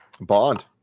Bond